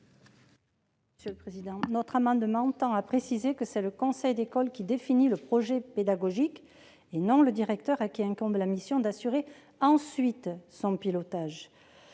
Monier. Notre amendement tend à préciser que c'est le conseil d'école qui définit le projet pédagogique, et non le directeur, à qui incombe la mission d'assurer ensuite son pilotage.